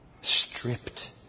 stripped